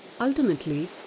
Ultimately